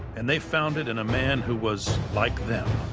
and they found it in a man who was like them,